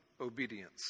obedience